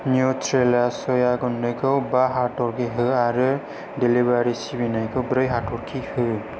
न्युत्रेला सया गुन्दैखौ बा हाथरखि हो आरो डेलिबारि सिबिनायखौ ब्रै हाथरखि हो